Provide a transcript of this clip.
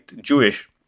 Jewish